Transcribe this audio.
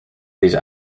these